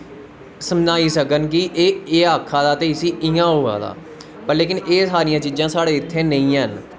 समझाई सकन कि एह् आक्खा दा ते इसी इयां होआ दा व लेकिन एह् सारियां चीजां साढ़े इत्थें नेंई हैन